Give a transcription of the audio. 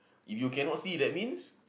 if you cannot see that means